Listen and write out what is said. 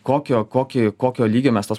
kokio kokį kokio lygio mes tuos